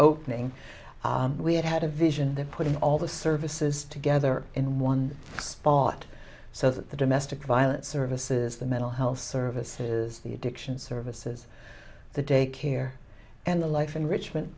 opening we had had a vision that put in all the services together in one spot so that the domestic violence services the mental health services the addiction services the day care and the life in richm